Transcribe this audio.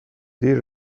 دیر